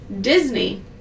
Disney